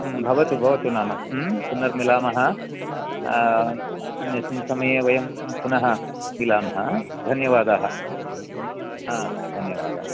भवतु भवतु नाम पुनर्मिलामः अन्यस्मिन् समये वयं पुनः मिलामः धन्यवादाः हा धन्यवादाः